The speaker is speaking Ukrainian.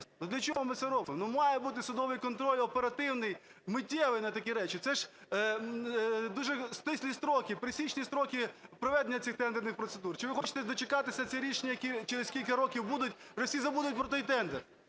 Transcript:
Для чого ми це робимо? Має бути судовий контроль, оперативний, миттєвий на такі речі. Це ж дуже стислі строки, присічні строки проведення цих тендерних процедур. Чи ви хочете дочекатися цих рішень, через скільки років будуть? Уже всі забудуть про той тендер.